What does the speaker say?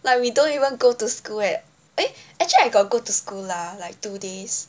like we don't even go to school eh actually I got go to school lah like two days